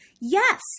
Yes